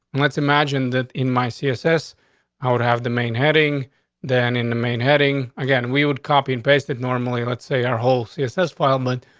let's imagine that in my css i would have the main heading than in the main heading again. we would copy and paste it. normally, let's say our whole css file mint.